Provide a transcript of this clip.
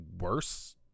worse